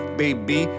baby